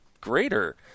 greater